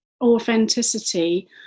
authenticity